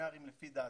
בסמינרים לפי דעתי,